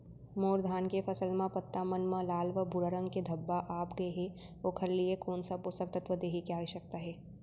मोर धान के फसल म पत्ता मन म लाल व भूरा रंग के धब्बा आप गए हे ओखर लिए कोन स पोसक तत्व देहे के आवश्यकता हे?